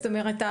יש סנקציות,